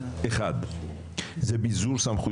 אני חושב שהאיכות האנושית